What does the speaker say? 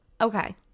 Okay